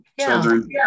Children